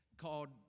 called